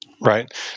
Right